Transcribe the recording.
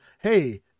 Hey